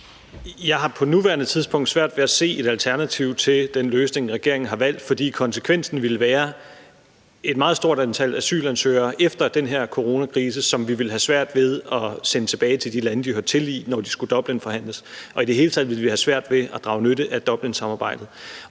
Jeg har på nuværende tidspunkt svært ved at se et alternativ til den løsning, regeringen har valgt, for konsekvensen ville være et meget stort antal asylansøgere, som vi efter den her coronakrise ville have svært ved at sende tilbage til de lande, de hører til i, når de skulle Dublinforhandles, og i det hele taget ville vi få svært ved at drage nytte af Dublinsamarbejdet.